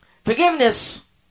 Forgiveness